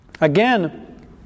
Again